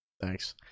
Thanks